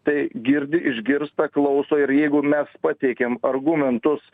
tai girdi išgirsta klauso ir jeigu mes pateikėm argumentus